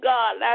God